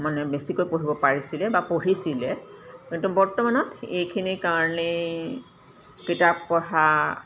মানে বেছিকৈ পঢ়িব পাৰিছিলে বা পঢ়িছিলে কিন্তু বৰ্তমানত এইখিনিৰ কাৰণেই কিতাপ পঢ়া